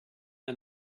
and